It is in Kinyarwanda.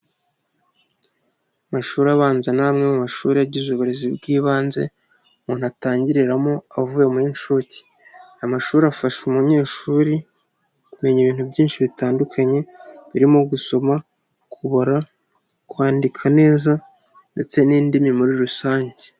Amashuri abanza n'mwe mu mashuri a yagize uburezi bw'ibanze umuntu atangiriramo avuye mu y'inshuke, amashuri afasha umunyeshuri kumenya ibintu byinshi bitandukanye birimo gusoma, kubara, kwandika neza ndetse n'indimi muri rusange.